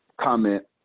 comment